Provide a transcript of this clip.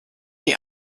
die